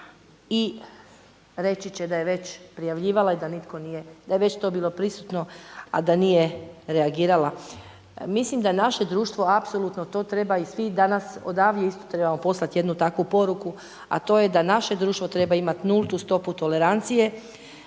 i reći će da je već prijavljivala i da je već to bilo prisutno, a da nije reagirala. Mislim da naše društvo apsolutno to treba i svi danas odavdje isto trebamo poslati jednu takvu poruku, a to je da naše društvo treba imati nultu stopu tolerancije